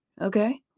okay